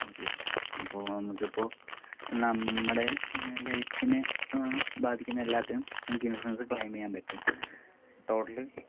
okay അപ്പോൾ നമുക്കിപ്പോൾ നമ്മടെ ലൈഫിനെ ബാധിക്കുന്ന എല്ലാത്തിനും നമുക്ക് ഇൻഷൂറൻസ് ക്ലൈമെയ്യാൻ പറ്റും ടോട്ടല്